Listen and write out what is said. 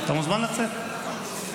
אתה מוזמן לצאת -- תפסיקו,